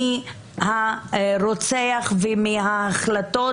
מהרוצח ומההחלטות,